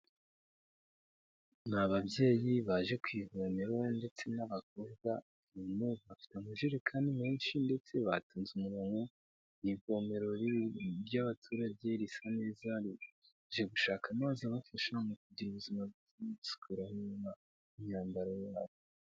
Ni ababyeyi baje kwivomero ndetse n'abakobwa ubona bafite amajerekani menshi ndetse batonze umurongo ku ivomero ry'abaturage risa nirizamuye, baje gushaka amazi abafasha mu kugira ubuzima bwiza, no gusukura aho baba n'imyambaro yabo.